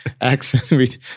accent